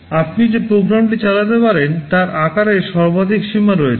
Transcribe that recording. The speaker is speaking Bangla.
সুতরাং আপনি যে প্রোগ্রামটি চালাতে পারেন তার আকারের সর্বাধিক সীমা রয়েছে